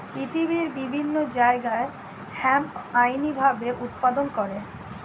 পৃথিবীর বিভিন্ন জায়গায় হেম্প আইনি ভাবে উৎপাদন করে